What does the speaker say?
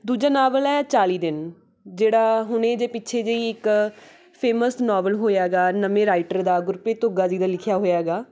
ਦੂਜਾ ਨਾਵਲ ਹੈ ਚਾਲੀ ਦਿਨ ਜਿਹੜਾ ਹੁਣੇ ਜੇ ਪਿੱਛੇ ਜੇ ਹੀ ਇੱਕ ਫੇਮਸ ਨੋਵਲ ਹੋਇਆ ਆਗਾ ਨਵੇਂ ਰਾਈਟਰ ਦਾ ਗੁਰਪ੍ਰੀਤ ਧੁੱਗਾ ਜੀ ਦਾ ਲਿਖਿਆ ਹੋਇਆ ਆਗਾ